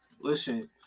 Listen